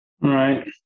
Right